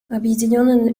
объединенная